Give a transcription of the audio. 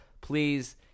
Please